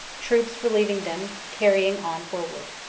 troops relieving them carrying on forward.